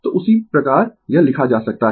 तो उसी प्रकार यह लिखा जा सकता है